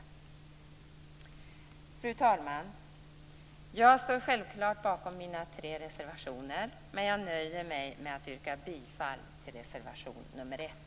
Fru talman! Jag står självfallet bakom mina tre reservationer, men jag nöjer mig med att yrka bifall till reservation nr 1.